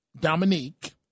Dominique